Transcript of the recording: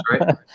right